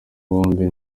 bombi